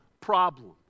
problem